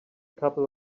couple